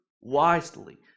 wisely